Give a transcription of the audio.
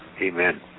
amen